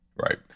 right